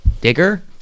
Digger